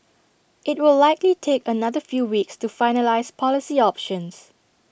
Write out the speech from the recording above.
IT will likely take another few weeks to finalise policy options